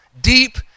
deep